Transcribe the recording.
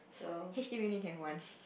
h_d_b can only have one